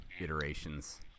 iterations